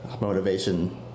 motivation